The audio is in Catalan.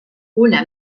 una